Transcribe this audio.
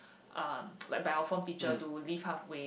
um like by our form teacher to leave halfway